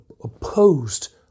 opposed